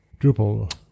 Drupal